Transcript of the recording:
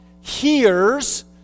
hears